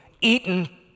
eaten